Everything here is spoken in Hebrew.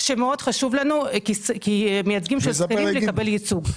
שמאוד חשוב לנו כמייצגים של שכירים לקבל ייצוג,